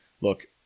look